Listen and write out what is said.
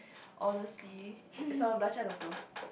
honestly sambal-belacan also